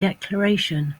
declaration